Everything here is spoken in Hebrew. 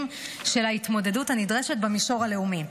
של ההתמודדות הנדרשת במישור הלאומי.